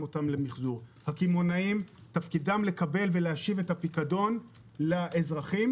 למיחזור; הקמעונאים תפקידם לקבל ולהשיב את הפיקדון לאזרחים